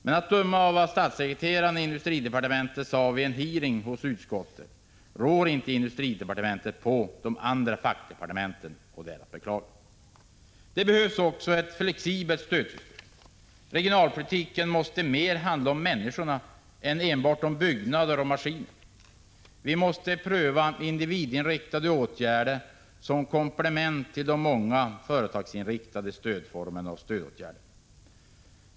Men att döma av vad statssekreteraren i industridepartementet sade vid en hearing i utskottet rår inte industridepartementet på de andra fackdepartementen, och det är att beklaga. Det behövs också ett flexibelt stödsystem. Regionalpolitiken måste handla mer om människorna än om enbart byggnader och maskiner. Vi måste pröva individinriktade åtgärder som komplement till de många företagsinriktade stödåtgärderna.